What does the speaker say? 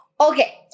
Okay